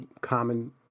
common